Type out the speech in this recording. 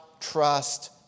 trust